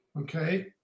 okay